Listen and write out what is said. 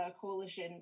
coalition